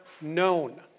known